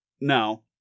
No